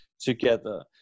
together